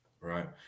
Right